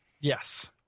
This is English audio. yes